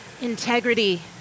Integrity